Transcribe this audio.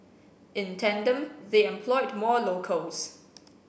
in tandem they employed more locals